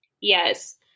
yes